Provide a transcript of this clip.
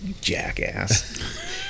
jackass